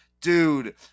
dude